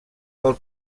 del